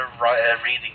reading